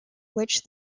which